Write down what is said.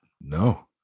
No